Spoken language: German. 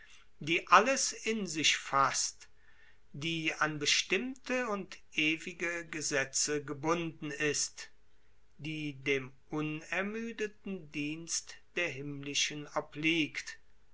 die alles in sich faßt die an bestimmte und ewige gesetze gebunden ist die dem unermüdeten dienst der himmlischen obliegt